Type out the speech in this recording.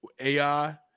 AI